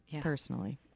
personally